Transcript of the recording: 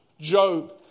Job